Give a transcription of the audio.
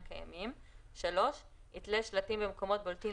בכל המשק אנחנו עושים צמצום,